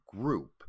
Group